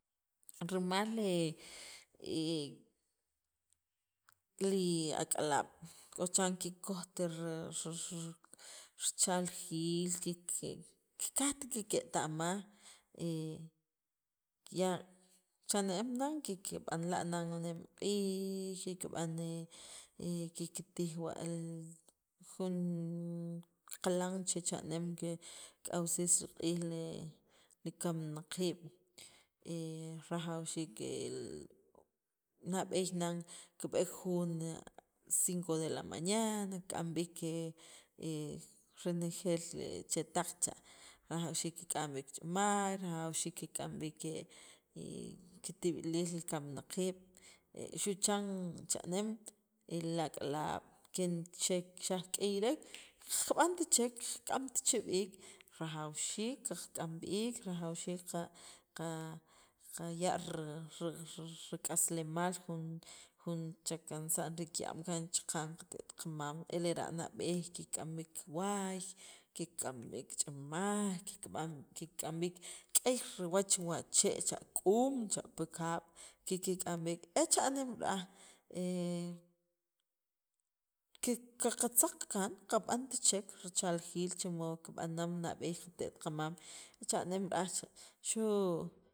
rimal li ak'alaab' k'o chiran kikojt ri richaljiil kikajt kiketa'maj kiya' cha'neem nan kikb'anla' nan nemq'iij, kikb'an kiktij wa jun qalan che cha'neem ke k'awsis riq'iij li kamnaqiib' rajawxiik nab'eey nan kib'eek jun a las cinco de la mañana kik'am b''ik renejeel chetaq cha, kik'am b'iik ch'amaay, rajawxiik kik'am b'iik ke kitib'iiliil li kamnaqiib' xu' chan cha'neem e li ak'alaab' xaq k'iyrek qaqb'ant chek qak'amt cha b'iik rajawxiik qak'am b'iik qa qaya' ri rik'aslemaal jun chakansa'n rii' kiya'am kaan chaqan qate't qamam e lera' nab'eey kikk'am b'iik waay, kik'am b'iik ch'amaay, kikb'an k'ey riwach wachee' cha, k'uum cha pi kaab' kikk'am e cha'neem ra'aj qaqatza kaan qab'ant chek richaljiil chi mod kib'an nab'eey li qate't qamam cha'nem ra'aj cha xu'